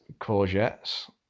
courgettes